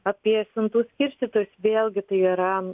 apie siuntų skirstytojus vėlgi tai yra